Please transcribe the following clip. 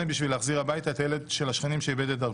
בשביל להחזיר הביתה את הילד של השכנים שאיבד את דרכו.